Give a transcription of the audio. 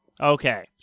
Okay